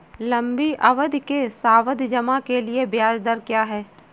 लंबी अवधि के सावधि जमा के लिए ब्याज दर क्या है?